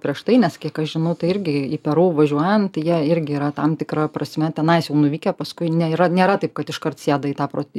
prieš tai nes kiek aš žinau tai irgi į peru važiuojant tai jie irgi yra tam tikra prasme tenais jau nuvykę paskui nėra nėra taip kad iškart sėda į tą pro į